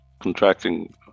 contracting